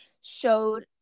showed